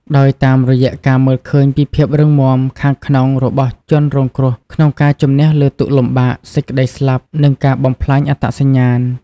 ដោយតាមរយៈការមើលឃើញពីភាពរឹងមាំខាងក្នុងរបស់ជនរងគ្រោះក្នុងការជម្នះលើទុក្ខលំបាក សេចក្ដីស្លាប់ និងការបំផ្លាញអត្តសញ្ញាណ។